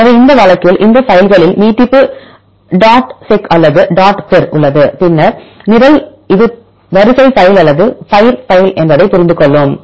எனவே இந்த வழக்கில் இந்த பைல்களில் நீட்டிப்பு டாட் செக் அல்லது டாட் பிர் உள்ளது பின்னர் நிரல் இது வரிசை பைல்அல்லது அது பைர் பைல் என்பதை புரிந்து கொள்ளும்